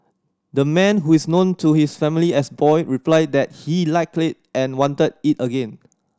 the man who is known to his family as Boy replied that he likely and wanted it again